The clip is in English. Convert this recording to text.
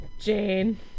Jane